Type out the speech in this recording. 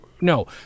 no